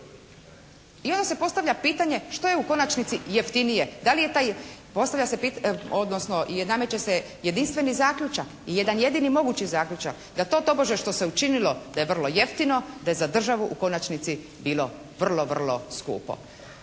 I onda se postavlja pitanje što je u konačnici jeftinije? Da li je taj, postavlja se, odnosno nameće se jedinstveni zaključak i jedan jedini mogući zaključak da to tobože što se učinilo da je vrlo jeftino da je za državu u konačnici bilo vrlo, vrlo skupo.